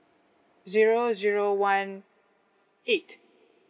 zero zero one eight